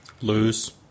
lose